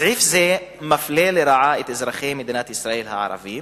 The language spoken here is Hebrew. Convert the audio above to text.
סעיף זה מפלה לרעה את אזרחי מדינת ישראל הערבים